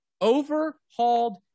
overhauled